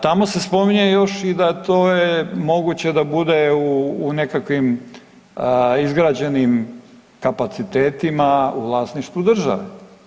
Tamo se spominje još i da to je moguće da bude u nekakvim izgrađenim kapacitetima u vlasništvu države.